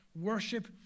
Worship